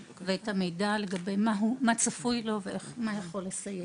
ולספק לו מידע על מה שצפוי לו ומה יכול לסייע.